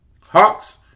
Hawks